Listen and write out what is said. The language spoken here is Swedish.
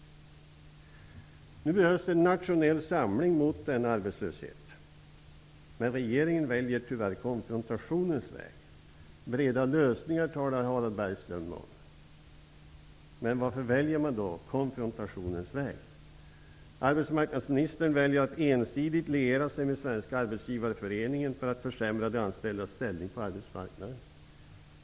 Nu behövs en nationell samling mot arbetslösheten, men regeringen väljer tyvärr konfrontationens väg. Breda lösningar talar Harald Bergström om. Men varför väljer man då konfrontationens väg? Arbetsmarknadsministern väljer att ensidigt liera sig med Svenska arbetsgivareföreningen för att försämra de anställdas ställning på arbetsmarknaden.